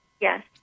Yes